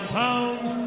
pounds